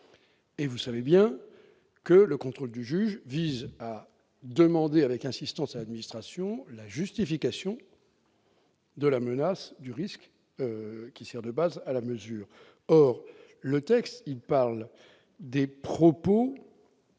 et vous savez bien que le contrôle du juge vise à demander avec insistance administration la justification. De la menace du risque qui sert de base à la mesure, or le texte, il parle des propos